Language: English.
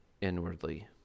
inwardly